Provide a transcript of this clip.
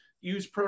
Use